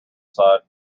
side